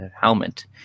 helmet